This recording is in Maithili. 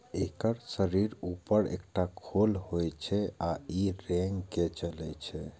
एकर शरीरक ऊपर एकटा खोल होइ छै आ ई रेंग के चलै छै